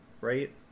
right